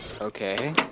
Okay